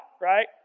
right